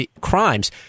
crimes